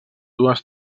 dues